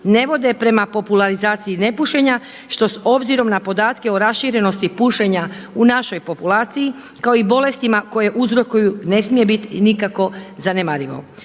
ne vode prema popularizaciji nepušenja što obzirom na podatke o raširenosti pušenja u našoj populaciji kao i bolestima koje uzrokuju ne smije bit nikako zanemarivo.